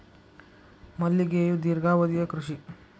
ಮಲ್ಲಿಗೆಯು ದೇರ್ಘಾವಧಿಯ ಕೃಷಿ